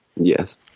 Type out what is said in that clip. Yes